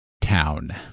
town